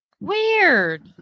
Weird